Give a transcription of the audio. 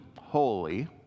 holy